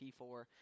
P4